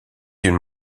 d’une